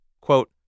Quote